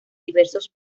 diversos